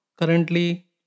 currently